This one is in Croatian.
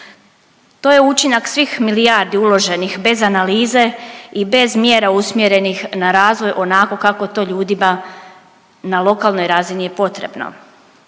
To je učinak svih milijardi uloženih bez analize i bez mjera usmjerenih na razvoj onako kako to ljudima na lokalnoj razini je potrebno.